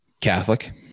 Catholic